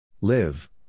Live